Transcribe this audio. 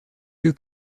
lieu